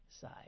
side